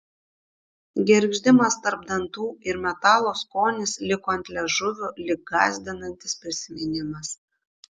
gergždimas tarp dantų ir metalo skonis liko ant liežuvio lyg gąsdinantis prisiminimas